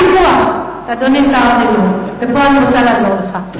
הפיקוח, אדוני שר החינוך, ופה אני רוצה לעזור לך,